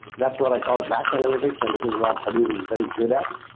that's what i call batch analytics and this is what hadoop is very good at.